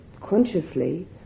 consciously